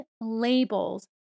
labels